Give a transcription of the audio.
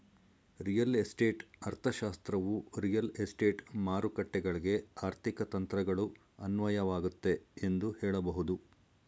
real estate ಅರ್ಥಶಾಸ್ತ್ರವು real estate ಮಾರುಕಟ್ಟೆಗಳ್ಗೆ ಆರ್ಥಿಕ ತಂತ್ರಗಳು ಅನ್ವಯವಾಗುತ್ತೆ ಎಂದು ಹೇಳಬಹುದು